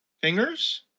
fingers